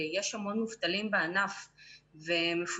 יש המון מובטלים בענף ומפוטרים,